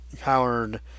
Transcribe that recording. powered